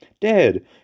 Dad